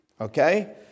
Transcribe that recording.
okay